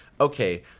okay